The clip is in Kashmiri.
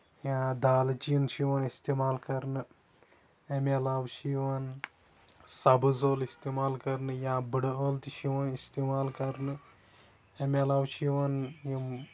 یا دالہٕ چیٖن چھِ یِوان اِستعمال کرنہٕ اَمہِ علاوٕ چھِ یِوان سَبز عٲلہٕ اِستعمال کرنہٕ یا بٔڑٕ عٲلہٕ تہِ چھِ یِوان اِستعمال کرنہٕ اَمہِ علاوٕ چھِ یِوان یِم